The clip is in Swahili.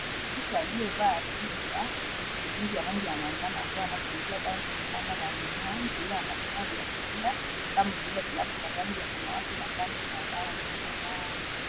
Mtu aliyevaa suti ya upulizi ya rangi ya manjano akiwa anapulizia dawa kwa shamba la mimea mtu huyo amevaa vyaa kulinda kama vile glovu za samawati na tanki la dawa nyuma yake .